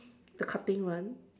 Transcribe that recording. the cutting one